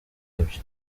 ibyo